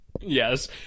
Yes